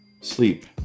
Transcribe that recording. sleep